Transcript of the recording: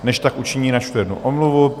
Než tak učiní, načtu jednu omluvu.